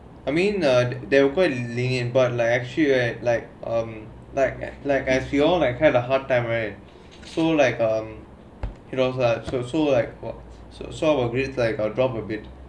I mean uh the they are quite is lenient but actually right like um like like as we all like kind of hard time right so like um you know lah so so like what so a bit like uh drop a bit